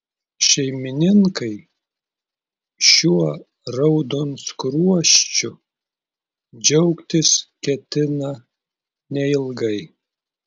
šeimininkai šiuo raudonskruosčiu džiaugtis ketina neilgai